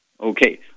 Okay